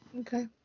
Okay